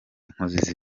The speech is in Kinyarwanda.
inkozi